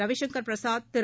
Ravishankar Prasad Thiru